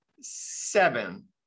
seven